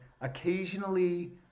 Occasionally